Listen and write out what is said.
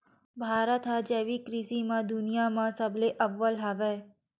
भारत हा जैविक कृषि मा दुनिया मा सबले अव्वल हवे